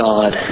God